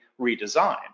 redesigned